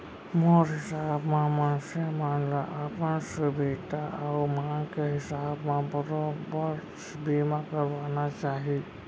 मोर हिसाब म मनसे मन ल अपन सुभीता अउ मांग के हिसाब म बरोबर बीमा करवाना चाही